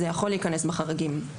זה יכול להיכנס בחריגים.